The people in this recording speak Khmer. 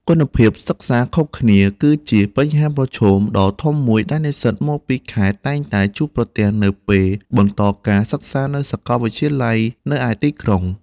គុណភាពសិក្សាខុសគ្នា គឺជាបញ្ហាប្រឈមដ៏ធំមួយដែលនិស្សិតមកពីខេត្តតែងតែជួបប្រទះនៅពេលបន្តការសិក្សានៅសកលវិទ្យាល័យនៅឯទីក្រុង។